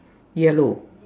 yellow